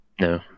No